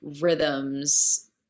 rhythms